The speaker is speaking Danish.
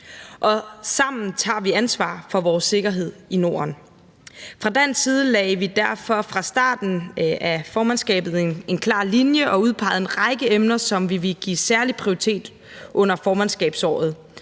Sammen tager vi ansvar for vores sikkerhed i Norden. Fra dansk side lagde vi derfor fra starten af formandskabet en klar linje og udpegede en række emner, som vi vil give særlig prioritet under formandskabsåret